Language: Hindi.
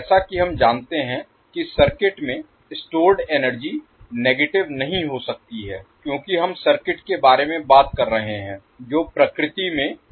जैसा कि हम जानते हैं कि सर्किट में स्टोर्ड एनर्जी नेगेटिव नहीं हो सकती है क्योंकि हम सर्किट के बारे में बात कर रहे हैं जो प्रकृति में पैसिव है